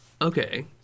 Okay